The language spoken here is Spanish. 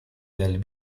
del